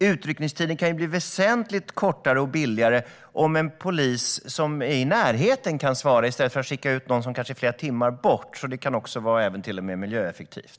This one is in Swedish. Utryckningstiden kan också bli väsentligt kortare, och det kan också bli billigare, om en polis som är i närheten kan svara i stället för att man skickar ut någon som är flera timmar bort. Det kan alltså till och med vara miljöeffektivt.